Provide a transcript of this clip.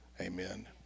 Amen